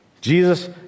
Jesus